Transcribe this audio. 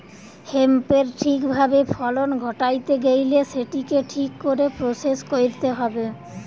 হেম্পের ঠিক ভাবে ফলন ঘটাইতে গেইলে সেটিকে ঠিক করে প্রসেস কইরতে হবে